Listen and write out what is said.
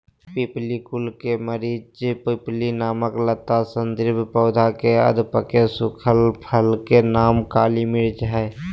पिप्पली कुल के मरिचपिप्पली नामक लता सदृश पौधा के अधपके सुखल फल के नाम काली मिर्च हई